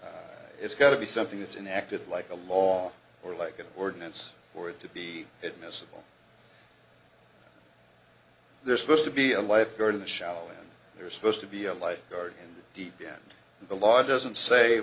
do it's got to be something that's in acted like a law or like an ordinance for it to be admissible they're supposed to be a lifeguard in the shower they're supposed to be a life guard deep and the law doesn't say